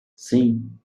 sim